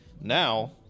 Now